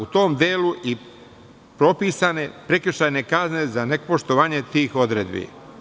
U tom delu su propisane prekršajne kazne za nepoštovanje tih odredbi.